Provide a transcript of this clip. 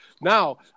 Now